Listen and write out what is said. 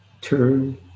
turn